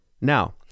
Now